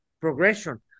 progression